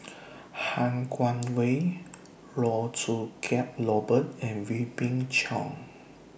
Han Guangwei Loh Choo Kiat Robert and Wee Beng Chong